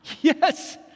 Yes